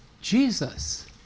Jesus